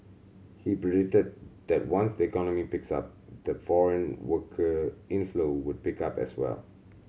he predicted that once the economy picks up the foreign worker inflow would pick up as well